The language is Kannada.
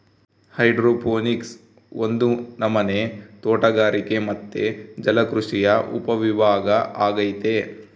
ಹೈಡ್ರೋಪೋನಿಕ್ಸ್ ಒಂದು ನಮನೆ ತೋಟಗಾರಿಕೆ ಮತ್ತೆ ಜಲಕೃಷಿಯ ಉಪವಿಭಾಗ ಅಗೈತೆ